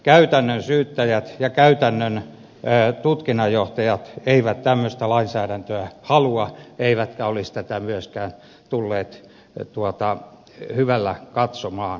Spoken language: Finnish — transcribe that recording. käytännön syyttäjät ja käytännön tutkinnanjohtajat eivät tämmöistä lainsäädäntöä halua eivätkä olisi tätä myöskään tulleet hyvällä katsomaan